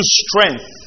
strength